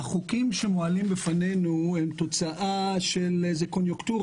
החוקים שמועלים בפנינו הם תוצאה של קונייקטורה